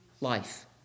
life